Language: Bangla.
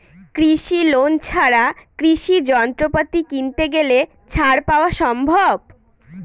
কৃষি লোন ছাড়া কৃষি যন্ত্রপাতি কিনতে গেলে ছাড় পাওয়া সম্ভব?